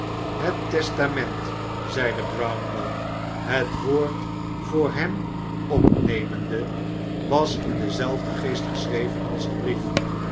het testament zeide brownlow het woord voor hem opnemende was in denzelfden geest geschreven als de brief